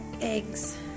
eggs